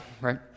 right